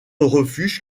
refuge